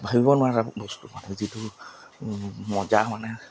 ভাবিব নোৱাৰা এটা বস্তু মানে যিটো মজ্জা মানে